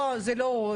לא, זה לא הוא.